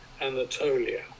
Anatolia